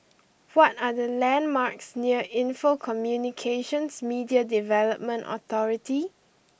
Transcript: what are the landmarks near Info Communications Media Development Authority